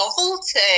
novelty